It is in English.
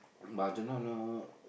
but I do not know